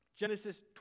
Genesis